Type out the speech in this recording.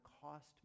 cost